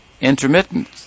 intermittent